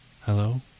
Hello